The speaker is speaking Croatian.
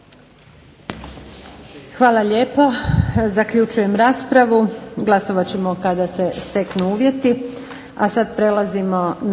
Hvala lijepa. Zaključujem raspravu. Glasovat ćemo kada se steknu uvjeti.